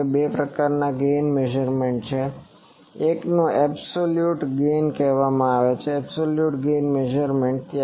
હવે બે પ્રકારનાં ગેઇન મેઝરમેન્ટ છે એકને એબ્સોલ્યુટ ગેઈન કહેવામાં આવે છે એબ્સોલ્યુટ ગેઈન મેઝરમેન્ટ